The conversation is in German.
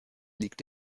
liegt